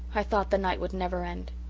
i thought the night would never end.